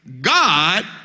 God